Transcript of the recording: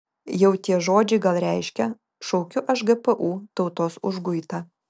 jau tie žodžiai gal reiškia šaukiu aš gpu tautos užguitą